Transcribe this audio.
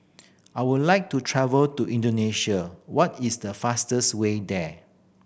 I would like to travel to Indonesia what is the fastest way there